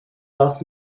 lass